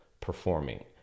performing